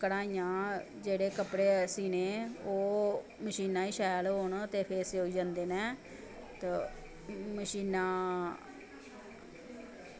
कढ़ाइयां जेह्ड़े कपड़े सीह्नें ओह् मशीनां गै शैल होन ते फिर सनोई जंदे न ते मशीनां